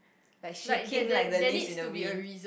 like shaking like the leaves in the wind